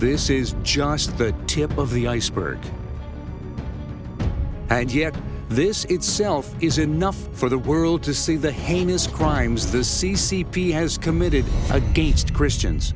this is just the tip of the iceberg and yet this itself is enough for the world to see the heinous crimes the c c p has committed against christians